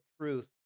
Truth